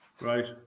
Right